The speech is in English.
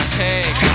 take